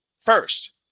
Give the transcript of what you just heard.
first